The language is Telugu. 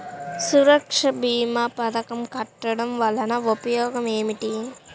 సురక్ష భీమా పథకం కట్టడం వలన ఉపయోగం ఏమిటి?